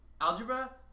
Algebra